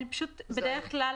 אז בפסקה הראשונה,